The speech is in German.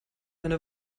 eine